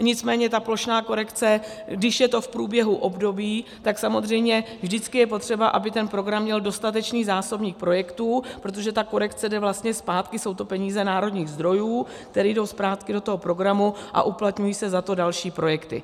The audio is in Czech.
Nicméně ta plošná korekce, když je to v průběhu období, tak samozřejmě vždycky je potřeba, aby ten program měl dostatečný zásobník projektů, protože ta korekce jde vlastně zpátky, jsou to peníze národních zdrojů, které jdou zpátky do toho programu, a uplatňují se za to další projekty.